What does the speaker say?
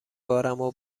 بارمو